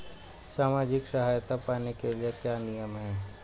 सामाजिक सहायता पाने के लिए क्या नियम हैं?